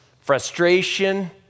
frustration